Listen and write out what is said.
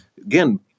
again